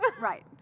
Right